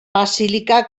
basílica